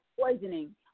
poisoning